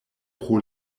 pro